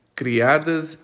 criadas